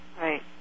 Right